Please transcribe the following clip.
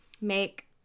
make